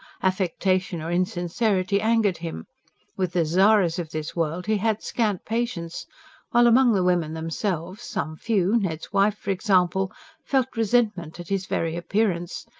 affectation or insincerity angered him with the zaras of this world he had scant patience while among the women themselves, some few ned's wife, for example felt resentment at his very appearance,